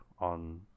on